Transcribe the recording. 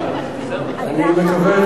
אני מקווה,